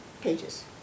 pages